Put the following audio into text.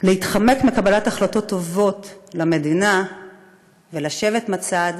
להתחמק מקבלת החלטות טובות למדינה ולשבת בצד,